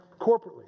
corporately